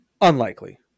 unlikely